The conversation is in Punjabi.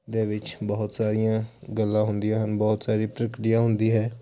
ਦੇ ਵਿੱਚ ਬਹੁਤ ਸਾਰੀਆਂ ਗੱਲਾਂ ਹੁੰਦੀਆਂ ਹਨ ਬਹੁਤ ਸਾਰੀ ਪ੍ਰਕਿਰਿਆ ਹੁੰਦੀ ਹੈ